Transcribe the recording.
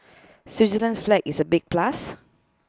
Switzerland's flag is A big plus